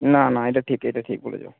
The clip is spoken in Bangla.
না না এটা ঠিক এটা ঠিক বলেছ